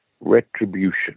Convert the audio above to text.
retribution